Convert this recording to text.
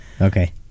Okay